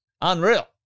Unreal